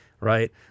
right